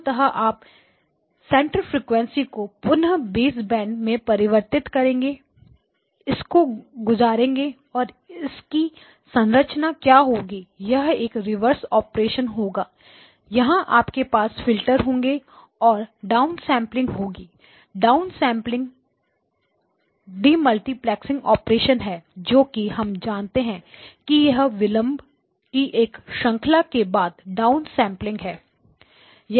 मूलतः आप centre frequency को पुनः बेस बैंड में परिवर्तित करके इसको गुजारेंगे और इसकी संरचना क्या होगी यह एक रिवर्स ऑपरेशन होगा जहां आपके पास फिल्टर होंगे और डाउनसेंपलिंग होगी डाउनसेंपलिंग डिमल्टीप्लेक्सिंग ऑपरेशन है जो कि हम जानते हैं कि यह विलंब की एक श्रंखला के बाद डाउनसेंपलिंग चैन है